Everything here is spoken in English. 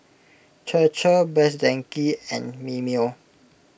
Chir Chir Best Denki and Mimeo